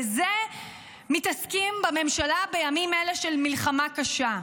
בזה מתעסקים בממשלה בימים אלה של מלחמה קשה.